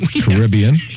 Caribbean